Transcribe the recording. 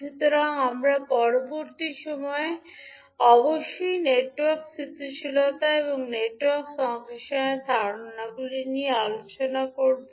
সুতরাং আমরা পরবর্তী সময়ে অবশ্যই নেটওয়ার্ক স্থিতিশীলতা এবং নেটওয়ার্ক সংশ্লেষণের ধারণাগুলি নিয়ে আলোচনা করব